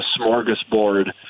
smorgasbord